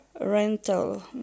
rental